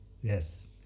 Yes